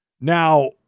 Now